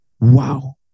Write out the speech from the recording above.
wow